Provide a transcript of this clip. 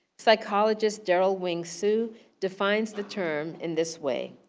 psychologist daryl wing su defines the term in this way.